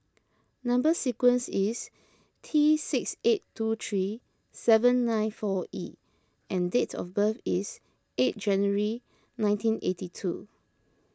Number Sequence is T six eight two three seven nine four E and dates of birth is eight January nineteen eighty two